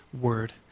word